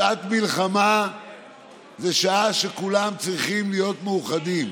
שעת מלחמה זו שעה שכולם צריכים להיות מאוחדים.